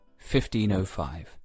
1505